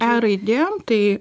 e raidėm tai